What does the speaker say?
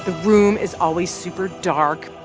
room is always super dark.